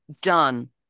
done